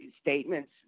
statements